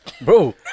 bro